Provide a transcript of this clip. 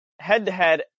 head-to-head